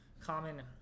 common